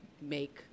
make